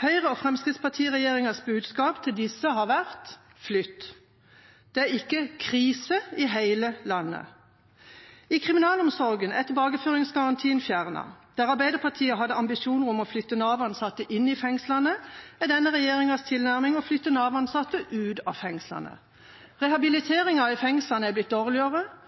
Høyre–Fremskrittsparti-regjeringas budskap til disse har vært: flytt! Det er ikke krise i hele landet. I kriminalomsorgen er tilbakeføringsgarantien fjernet. Der Arbeiderpartiet hadde ambisjoner om å flytte Nav-ansatte inn i fengslene, er denne regjeringas tilnærming å flytte Nav-ansatte ut av fengslene.